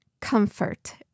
comfort